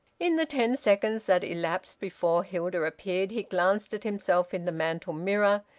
in the ten seconds that elapsed before hilda appeared he glanced at himself in the mantel mirror,